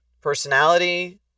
personality